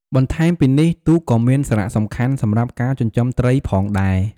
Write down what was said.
បន្ថែមពីនេះ ទូកក៏មានសារៈសំខាន់សម្រាប់ការចិញ្ចឹមត្រីផងដែរ។